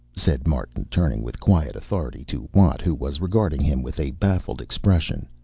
said martin, turning with quiet authority to watt, who was regarding him with a baffled expression,